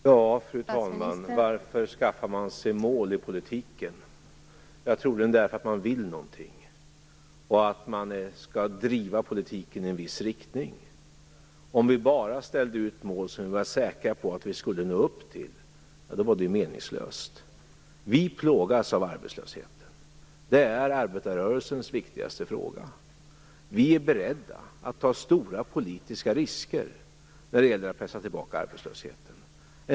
Fru talman! Varför skaffar man sig mål i politiken? Jag tror att det är därför att man vill någonting och att man vill driva politiken i en viss riktning. Om vi bara ställde upp mål som vi var säkra på att nå upp till, vore det meningsfullt. Vi plågas av arbetslösheten. Det är arbetarrörelsens viktigaste fråga. Vi är beredda att ta stora politiska risker när det gäller att pressa tillbaka arbetslösheten.